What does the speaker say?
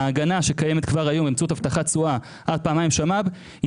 ההגנה שקיימת כבר היום באמצעות הבטחת תשואה עד פעמיים שמ"ב היא